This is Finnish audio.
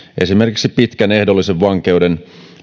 esimerkiksi pitkän ehdollisen vankeuden